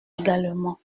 également